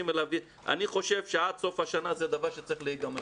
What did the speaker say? אני חושב שעד סוף השנה זה דבר שצריך להיגמר.